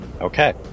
Okay